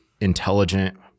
intelligent